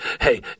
Hey